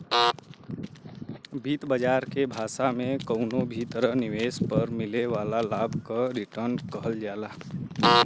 वित्त बाजार के भाषा में कउनो भी तरह निवेश पर मिले वाला लाभ क रीटर्न कहल जाला